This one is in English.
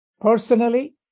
personally